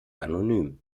anonym